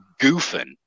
goofing